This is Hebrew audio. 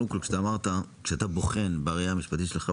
קודם כל כשאתה אמרת שאתה בוחן מהבחינה המשפטית שלך,